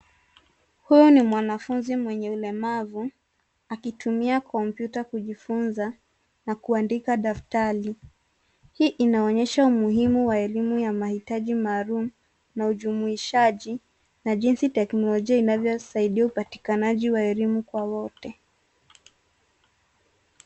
Huyu ni mwanafunzi mwenye ulemavu akitumia kompyuta kujifunza na kuandika daftari. Hii inaonyesha umuhimu wa elimu ya mahitaji maalum na ujumuishaji na jinsi teknolojia inavyosaidia upatikanaji wa elimu kwa wote.